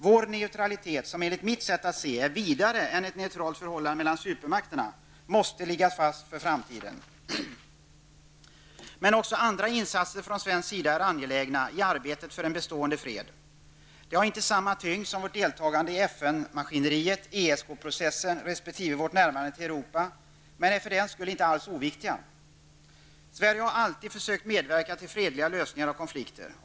Vår neutralitet, som enligt mitt sätt att se saken är vidare än ett neutralt förhållande mellan supermakterna, måste ligga fast för framtiden. Men också insatser från svensk sida är angelägna i arbetet för en bestående fred. De har inte samma tyngd som vårt deltagande i FN-maskineriet, i ESK-processen resp. när det gäller vårt närmande till Europa, men är för den skull rakt inte oviktiga. Sverige har alltid försökt att medverka till fredliga lösningar på konflikter.